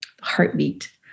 Heartbeat